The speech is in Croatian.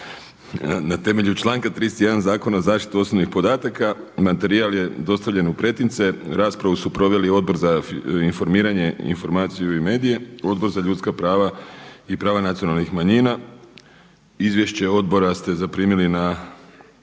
Na temelju članka 31. Zakona o zaštiti osobnih podataka materijal je dostavljen u pretince. Raspravu su proveli Odbor za informiranje, informatizaciju i medije, Odbor za ljudska prava i prava nacionalnih manjina. Izvješće odbora ste zaprimili na